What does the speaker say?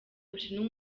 bushinwa